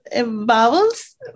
vowels